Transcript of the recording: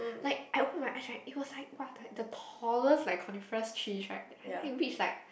like I open my eyes right it was like !wah! the the tallest like coniferous trees right I then I reach like